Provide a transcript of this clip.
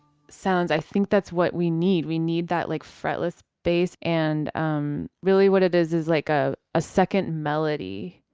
sounds i think that's what we need we need that like fretless bass and um really what it is is like a a second melody.